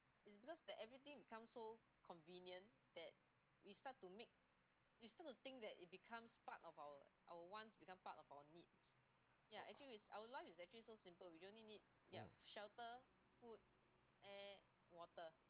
mm